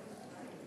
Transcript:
שלוש דקות.